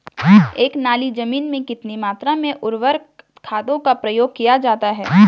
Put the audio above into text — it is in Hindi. एक नाली जमीन में कितनी मात्रा में उर्वरक खादों का प्रयोग किया जाता है?